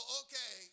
okay